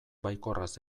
baikorraz